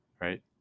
Right